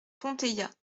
ponteilla